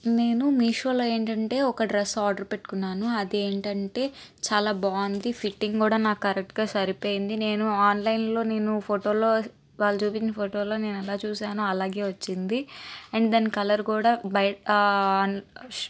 నేను మీషోలో ఏంటంటే ఒక డ్రెస్ ఆర్డర్ పెట్టుకున్నాను అదేంటంటే చాలా బాగుంది ఫిట్టింగ్ కూడా నాకు కరెక్ట్గా సరిపోయింది నేను ఆన్లైన్లో నేను ఫోటోలో వాళ్ళు చూపించిన ఫోటోలో నేను ఎలా చూశానో అలాగే వచ్చింది అండ్ దాని కలర్ కూడా బయట